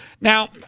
Now